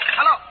Hello